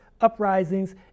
uprisings